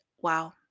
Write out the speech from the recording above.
wow